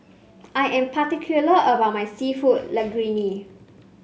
I am particular about my seafood Linguine